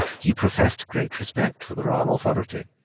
he professed great respect for the royal authority.